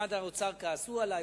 במשרד האוצר כעסו עלי,